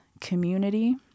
community